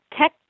Tech